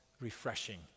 refreshing